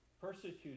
persecuted